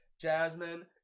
Jasmine